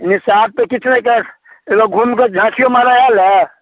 निषाद तऽ किछु एक बेर घूमिके झाँकियो मारे आएल हँ